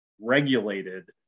regulated